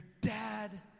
dad